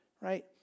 right